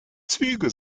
züge